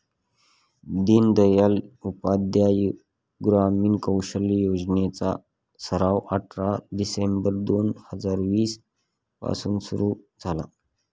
दीनदयाल उपाध्याय ग्रामीण कौशल्य योजने चा सराव अठरा डिसेंबर दोन हजार वीस पासून सुरू झाला